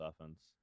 offense